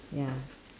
ya